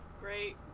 Great